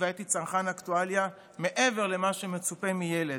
והייתי צרכן אקטואליה מעבר למה שמצופה מילד.